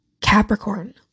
Capricorn